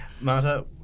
Marta